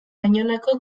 baionako